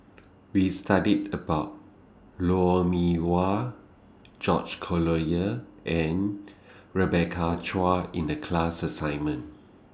We studied about Lou Mee Wah George Collyer and Rebecca Chua in The class assignment